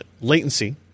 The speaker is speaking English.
latency